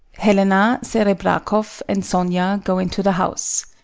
helena, serebrakoff, and sonia go into the house.